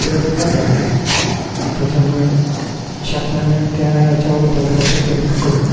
बेरोजगार झाले आहेत त्याच्यामुळे शासनानं त्या याच्यावर थोडं लक्ष केंद्रित करून